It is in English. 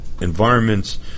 environments